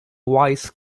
wise